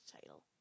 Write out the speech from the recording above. title